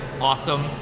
awesome